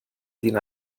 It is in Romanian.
din